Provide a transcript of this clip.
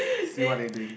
see what they doing